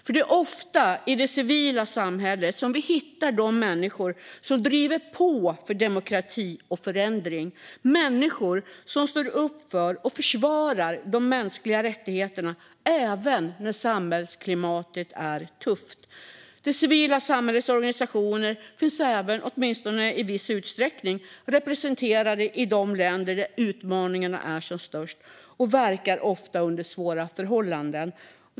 Det är ofta i det civila samhället som vi hittar de människor som driver på för demokrati och förändring. Det är människor som står upp för och försvarar de mänskliga rättigheterna även när samhällsklimatet är tufft. Det civila samhällets organisationer finns även, åtminstone i viss utsträckning, representerade i de länder där utmaningarna är som störst, och de verkar ofta under svåra förhållanden.